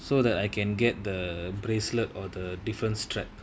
so that I can get the bracelet or the different strap